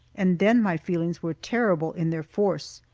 and then my feelings were terrible in their force.